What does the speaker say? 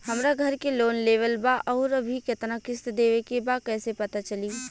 हमरा घर के लोन लेवल बा आउर अभी केतना किश्त देवे के बा कैसे पता चली?